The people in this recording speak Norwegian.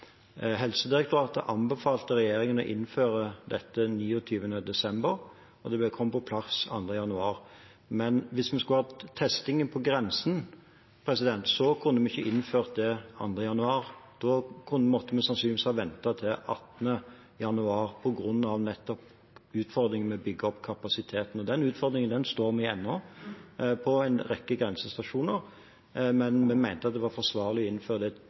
Helsedirektoratet anbefalte regjeringen å innføre dette 29. desember, og det kom på plass 2. januar. Men hvis vi skulle hatt testing på grensen, kunne vi ikke ha innført det 2. januar, da måtte vi sannsynligvis ha ventet til 18. januar på grunn av nettopp utfordringen med å bygge opp kapasiteten. Den utfordringen står vi i ennå på en rekke grensestasjoner. Men vi mente det var forsvarlig å innføre det